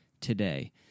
today